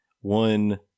one